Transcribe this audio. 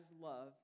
love